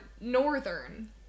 northern